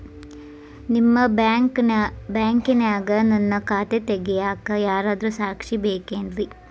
ನಿಮ್ಮ ಬ್ಯಾಂಕಿನ್ಯಾಗ ನನ್ನ ಖಾತೆ ತೆಗೆಯಾಕ್ ಯಾರಾದ್ರೂ ಸಾಕ್ಷಿ ಬೇಕೇನ್ರಿ?